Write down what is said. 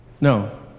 No